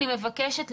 אני מבקשת,